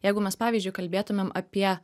jeigu mes pavyzdžiui kalbėtumėm apie